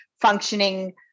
functioning